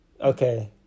okay